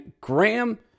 Graham